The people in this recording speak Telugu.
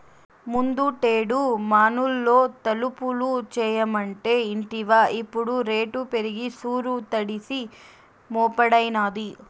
ముందుటేడు మనూళ్లో తలుపులు చేయమంటే ఇంటివా ఇప్పుడు రేటు పెరిగి సూరు తడిసి మోపెడైనాది